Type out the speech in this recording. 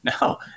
No